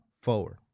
forward